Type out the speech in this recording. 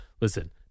listen